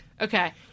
Okay